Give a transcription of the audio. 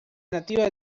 nativa